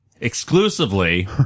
exclusively